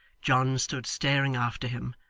john stood staring after him,